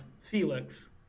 felix